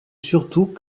surtout